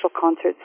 concerts